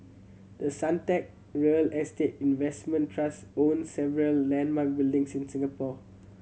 the Suntec real estate investment trust owns several landmark buildings in Singapore